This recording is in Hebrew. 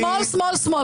שמאל, שמאל, שמאל.